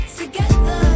together